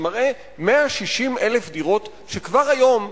שמראה 160,000 דירות שכבר היום,